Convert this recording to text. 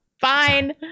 Fine